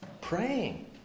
Praying